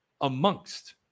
amongst